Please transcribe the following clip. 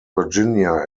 virginia